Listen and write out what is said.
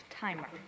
timer